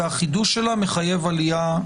והחידוש שלה מחייב איזה עלייה,